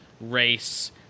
race